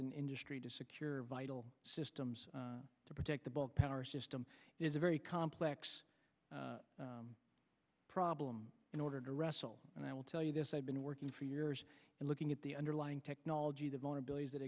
in industry to secure vital systems to protect the bullpen our system is a very complex problem in order to wrestle and i will tell you this i've been working for years and looking at the underlying technology the vulnerabilities that